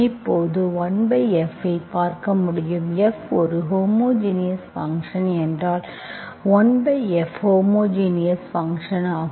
இப்போது 1F பார்க்க முடியும் F ஒரு ஹோமோஜினியஸ் ஃபங்க்ஷன் என்றால் 1F ஹோமோஜினியஸ் ஃபங்க்ஷன் ஆகும்